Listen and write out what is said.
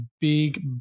big